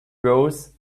rows